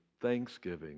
thanksgiving